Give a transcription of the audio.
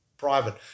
private